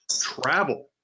travel